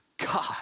God